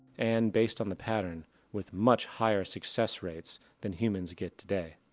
and based on the pattern with much higher success rates than humans get today.